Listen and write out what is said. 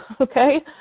okay